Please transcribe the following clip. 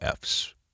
Fs